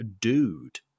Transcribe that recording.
dude